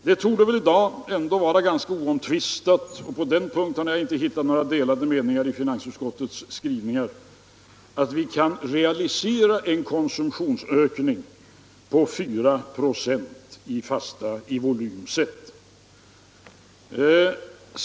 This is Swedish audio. Det torde i dag vara ganska oomtvistat — på den punkten har jag inte hittat några delade meningar i finansutskottets skrivningar — att vi kan realisera en konsumtionsökning på 4 96 i volym sett.